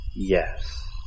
Yes